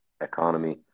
economy